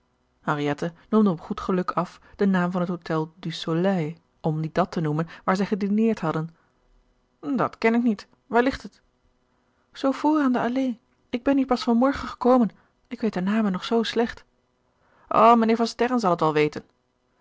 noemde op goed geluk af den naam van het gerard keller het testament van mevrouw de tonnette hotel du soleil om niet dat te noemen waar zij gedineerd hadden dat ken ik niet waar ligt het zoo voor aan de allée ik ben hier pas van morgen gekomen ik weet de namen nog zoo slecht o mijnheer van sterren zal het wel weten